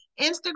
instagram